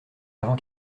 avant